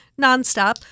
nonstop